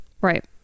Right